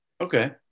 Okay